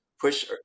push